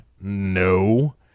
no